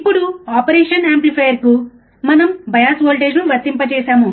ఇప్పుడు ఆపరేషన్ యాంప్లిఫైయర్కు మనం బయాస్ వోల్టేజ్ను వర్తింపజేసాము